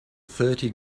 thirty